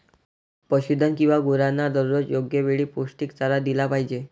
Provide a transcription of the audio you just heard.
पशुधन किंवा गुरांना दररोज योग्य वेळी पौष्टिक चारा दिला पाहिजे